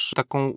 taką